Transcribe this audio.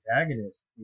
antagonist